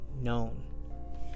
known